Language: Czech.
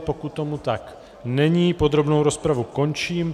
Pokud tomu tak není, podrobnou rozpravu končím.